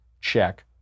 check